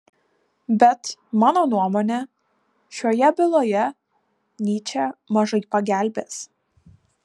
bet mano nuomone šioje byloje nyčė mažai pagelbės